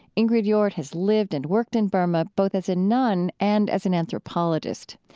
ingrid jordt has lived and worked in burma both as a nun and as an anthropologist.